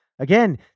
Again